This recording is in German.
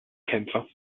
kämpfer